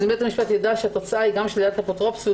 אז אם בית המשפט ידע שהתוצאה היא גם שלילת האפוטרופסות